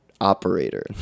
operator